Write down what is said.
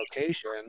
location